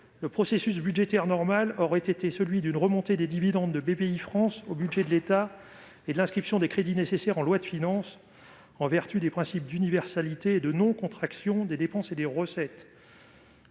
Le processus budgétaire normal aurait été celui d'une remontée des dividendes de Bpifrance au budget de l'État et de l'inscription des crédits nécessaires en loi de finances en vertu des principes d'universalité et de non-contraction des dépenses et des recettes.